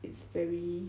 it's very